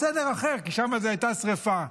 בסדר אחר, כי שם הייתה שריפה.